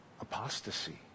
apostasy